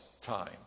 time